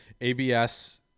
ABS